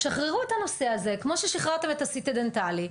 שחררו את הנושא הזה, כמו ששחררתם את ה-CT הדנטלי.